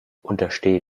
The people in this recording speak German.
untersteh